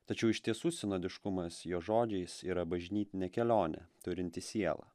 tačiau iš tiesų sinodiškumas jo žodžiais yra bažnytinė kelionė turinti sielą